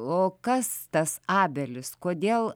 o kas tas abelis kodėl